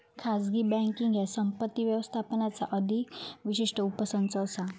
खाजगी बँकींग ह्या संपत्ती व्यवस्थापनाचा अधिक विशिष्ट उपसंच असा